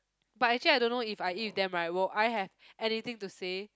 but actually I don't know if I eat with them right will I have anything to say